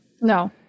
No